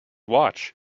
watch